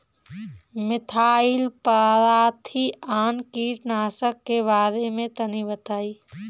Methyl parathion कीटनाशक के बारे में तनि बताई?